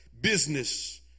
business